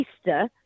Easter